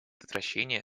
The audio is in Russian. предотвращение